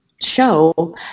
show